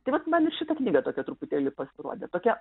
tai vat man ir šita knyga tokia truputėlį pasirodė tokia